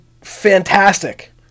fantastic